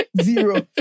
Zero